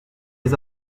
les